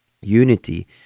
unity